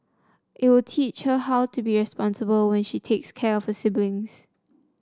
it will teach her how to be responsible when she takes care of her siblings